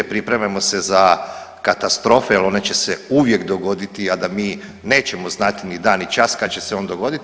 Pripremamo se za katastrofe jer one će se uvijek dogoditi, a da mi nećemo znati ni dan, ni čas kad će se on dogoditi.